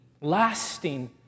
lasting